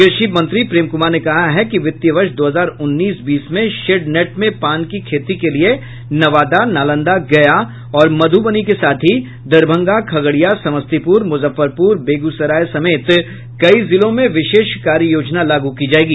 कृषि मंत्री प्रेम कुमार ने कहा है कि वित्तीय वर्ष दो हजार उन्नीस बीस में शेड नेट में पान की खेती के लिए नवादा नालंदा गया और मुधबनी के साथ ही दरभंगा खगड़िया समस्तीपुर मुजफ्फरपुर बेगूसराय समेत कई जिलों में विशेष कार्य योजना लागू की जायेगी